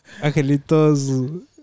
Angelito's